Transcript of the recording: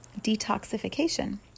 detoxification